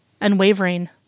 unwavering